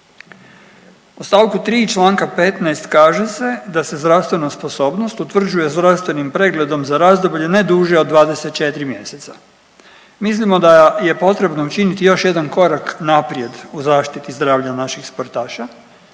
O stavku 3. članka 15. kaže se da se zdravstvena sposobnost utvrđuje zdravstvenim pregledom za razdoblje ne duže od 24 mjeseca. Mislimo da je potrebno učiniti još jedan korak naprijed u zaštiti zdravlja naših sportaša